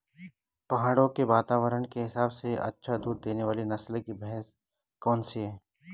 पहाड़ों के वातावरण के हिसाब से अच्छा दूध देने वाली नस्ल की भैंस कौन सी हैं?